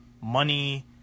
Money